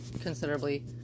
considerably